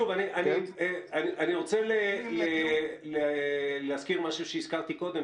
אני רוצה להזכיר משהו שהזכרתי קודם,